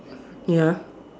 ya